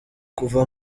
kuva